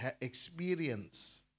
experience